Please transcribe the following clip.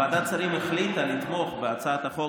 ועדת שרים החליטה לתמוך בהצעת החוק